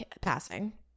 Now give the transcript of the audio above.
passing